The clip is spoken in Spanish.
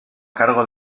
cargo